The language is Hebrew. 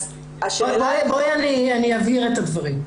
אז --- אני אבהיר את הדברים.